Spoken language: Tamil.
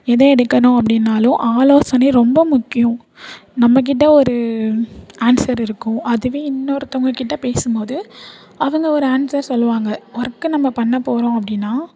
எதை எடுக்கணும் அப்படினாலும் ஆலோசனை ரொம்ப முக்கியம் நம்மக்கிட்ட ஒரு ஆன்சர் இருக்கும் அதுவே இன்னொருத்தங்கக்கிட்ட பேசும்போது அவங்க ஒரு ஆன்சர் சொல்லுவாங்க ஒர்க்கை நம்ம பண்ணப்போகிறோம் அப்படினா